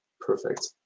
Perfect